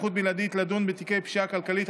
(סמכות בלעדית לדון בתיקי פשיעה כלכלית),